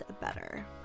better